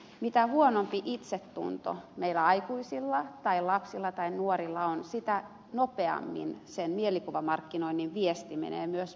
mitä huonompi itsetunto meillä aikuisilla tai lapsilla tai nuorilla on sitä nopeammin sen mielikuvamarkkinoinnin viesti menee myös perille